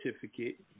certificate